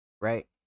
Right